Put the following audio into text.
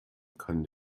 kann